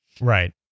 Right